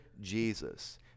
Jesus